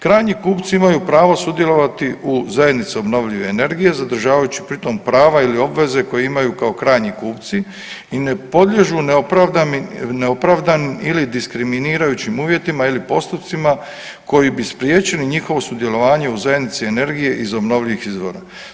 Krajnji kupci imaju pravo sudjelovati u zajednici obnovljive energije zadržavajući pri tom prava ili obveze koje imaju krajnji kupci i ne podliježu neopravdanim ili diskriminirajućim uvjetima ili postupcima koji bi spriječili njihovo sudjelovanje u zajednici energije iz obnovljivih izvora.